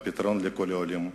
הפתרון לכל העולים,